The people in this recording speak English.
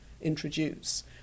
introduce